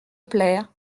plaire